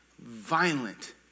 violent